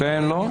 שתי האחרות לא?